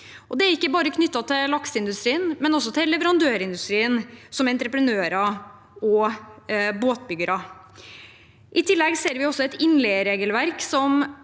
Det er ikke bare knyttet til lakseindustrien, men også til leverandørindustrien, som entreprenører og båtbyggere. I tillegg ser vi et innleieregelverk som